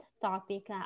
topic